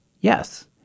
Yes